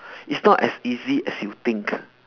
it's not as easy as you think